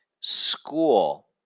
school